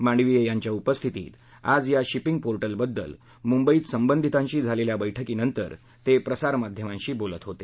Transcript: मांडवीय यांच्या उपस्थितीत आज या शिपिंग पोर्टलबद्दल मुंबईत संबंधितांशी झालेल्या बैठकीनंतर ते प्रसारमाध्यमांशी बोलत होते